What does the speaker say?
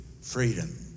freedom